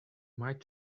might